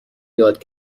یاد